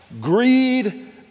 greed